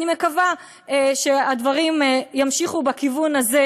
אני מקווה שהדברים ימשיכו בכיוון הזה,